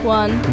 one